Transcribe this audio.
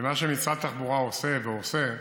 ומה שמשרד התחבורה עושה, והוא עושה,